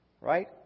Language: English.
right